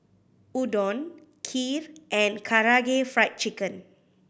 Udon Kheer and Karaage Fried Chicken